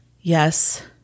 yes